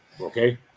okay